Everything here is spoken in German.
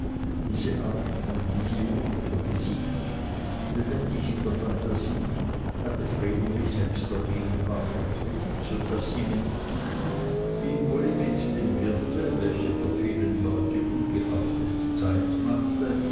diese art von vision oder gesicht lebendig in der phantasie hatte vreneli selbst der gegenwart entrückt so daß ihm entging wie uli mit dem wirte welcher der vielen leute ungeachtet zeit machte